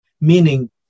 Meaning